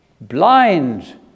blind